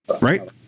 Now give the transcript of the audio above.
Right